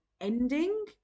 ending